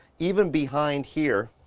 even behind here,